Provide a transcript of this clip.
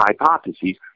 hypotheses